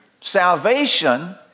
salvation